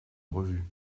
revues